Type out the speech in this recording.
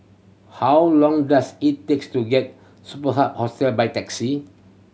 how long does it takes to get Superb Hostel by taxi